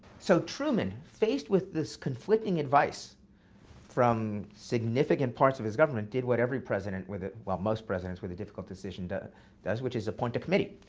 so truman, faced with this conflicting advice from significant parts of his government, did what every president with well, most presidents with a difficult decision does, which is appoint a committee.